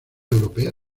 europea